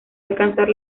alcanzar